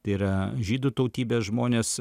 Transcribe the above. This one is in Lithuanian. tai yra žydų tautybės žmonės